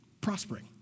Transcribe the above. prospering